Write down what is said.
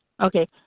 Okay